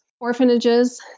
orphanages